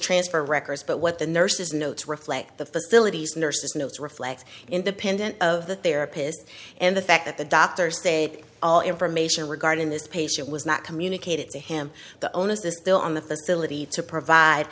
transfer records but what the nurses notes reflect the facilities nurses notes reflect independent of the therapist and the fact that the doctor's day all information regarding this patient was not communicated to him the onus is still on the facility to provide